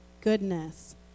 goodness